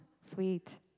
Sweet